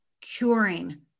curing